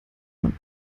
man